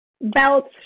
Belts